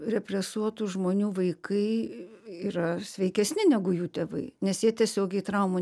represuotų žmonių vaikai yra sveikesni negu jų tėvai nes jie tiesiogiai traumų